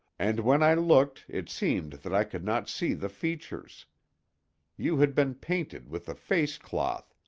and when i looked it seemed that i could not see the features you had been painted with a face cloth,